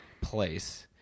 place